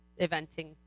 eventing